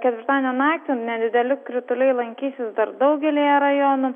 ketvirtadienio naktį nedideli krituliai lankysis dar daugelyje rajonų